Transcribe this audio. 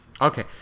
Okay